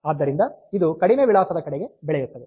ಆದ್ದರಿಂದ ಇದು ಕಡಿಮೆ ವಿಳಾಸದ ಕಡೆಗೆ ಬೆಳೆಯುತ್ತದೆ